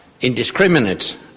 indiscriminate